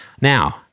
Now